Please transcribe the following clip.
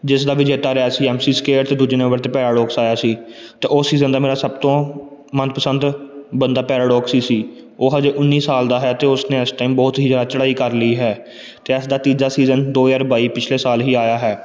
ਜਿਸਦਾ ਵਿਜੇਤਾ ਰਿਹਾ ਸੀ ਐਮ ਸੀ ਸਕੇਅਰ ਅਤੇ ਦੂਜੇ ਨੰਬਰ 'ਤੇ ਪੈਰਾਡੋਕਸ ਆਇਆ ਸੀ ਅਤੇ ਉਸ ਸੀਜ਼ਨ ਦਾ ਮੇਰਾ ਸਭ ਤੋਂ ਮਨਪਸੰਦ ਬੰਦਾ ਪੈਰਾਡੋਕਸ ਸੀ ਸੀ ਉਹ ਅਜੇ ਉੱਨੀ ਸਾਲ ਦਾ ਹੈ ਅਤੇ ਉਸਨੇ ਇਸ ਟਾਈਮ ਬਹੁਤ ਹੀ ਜ਼ਿਆਦਾ ਚੜ੍ਹਾਈ ਕਰ ਲਈ ਹੈ ਅਤੇ ਇਸ ਦਾ ਤੀਜਾ ਸੀਜ਼ਨ ਦੋ ਹਜ਼ਾਰ ਬਾਈ ਪਿਛਲੇ ਸਾਲ ਹੀ ਆਇਆ ਹੈ